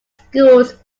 schools